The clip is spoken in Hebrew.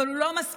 אבל הוא לא מספיק.